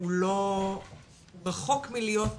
הוא רחוק מלהיות בסדר.